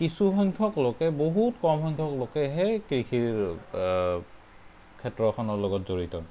কিছুসংখ্যক লোকে বহুত কমসংখ্যক লোকেহে কৃষিৰ ক্ষেত্ৰখনৰ লগত জড়িত